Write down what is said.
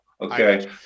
okay